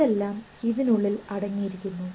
ഇതെല്ലാം ഇതിനുള്ളിൽ അടങ്ങിയിരിക്കുന്നു